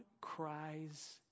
cries